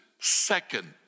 second